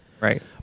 Right